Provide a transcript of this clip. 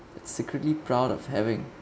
secretly proud of having